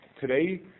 Today